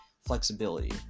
flexibility